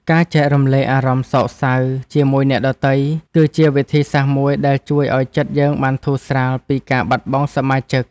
ការចែករំលែកអារម្មណ៍សោកសៅជាមួយអ្នកដទៃ គឺជាវិធីសាស្រ្តមួយដែលជួយឱ្យចិត្តយើងបានធូរស្រាលពីការបាត់បង់សមាជិក។